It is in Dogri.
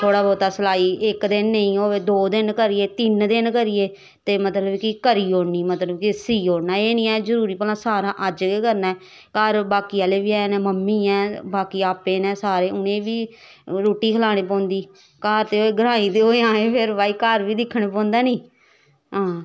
थोह्ड़ा बौह्ता सलाई इक दिन नेंई होऐ दो दिन करियै तिन्न दिन करियै ते मतलव कि करी ओड़नी मतलव कि सी ओड़ना एह् नी ऐ जरूरी भला अज्ज गै करना ऐ घर बाकी आह्ले बी हैन मम्मी ऐ बाकी आपैं नै उनें बी रुट्टी खलानी पौंदी घर ते ग्राईं ते होए फिर भाई घर बा दिक्खन पौंदा नी हां